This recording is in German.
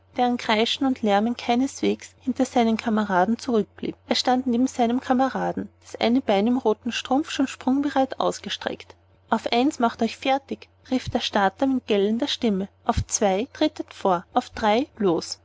kreischen und lärmen keineswegs hinter seinen kameraden zurückblieb er stand neben seinem rivalen das eine bein im roten strumpf schon sprungbereit ausgestreckt auf eins macht euch fertig rief der starter mit gellender stimme zwei tretet vor auf drei los